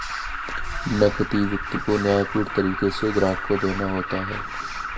नकदी वित्त को न्यायपूर्ण तरीके से ग्राहक को देना होता है